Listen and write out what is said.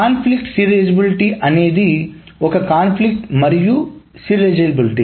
సంఘర్షణ సీరియలైజేబిలిటీ అనేది ఒక కాన్ఫ్లిక్ట్ మరియు సీరియలైజేబిలిటీ